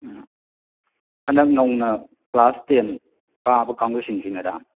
ꯎꯝ ꯍꯟꯗꯛ ꯅꯧꯅ class ten ꯀꯥꯕ ꯀꯥꯡꯕꯨꯁꯤꯡꯁꯦ ꯃꯦꯗꯥꯝ